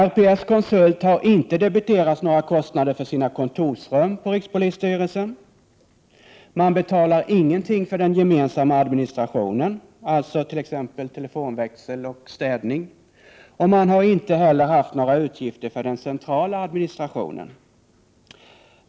RPS-konsult har inte debiterats några kostnader för sina kontorsrum på rikspolisstyrelsen, och man betalar ingenting för den gemensamma administrationen, t.ex. telefonväxel och städning. Man har inte heller haft några utgifter för den centrala administrationen.